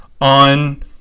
on